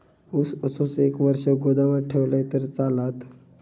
ऊस असोच एक वर्ष गोदामात ठेवलंय तर चालात?